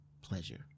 pleasure